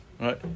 right